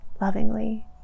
lovingly